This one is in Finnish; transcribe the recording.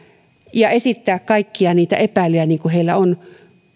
ja esittää kaikkia niitä epäilyjä mitä heillä on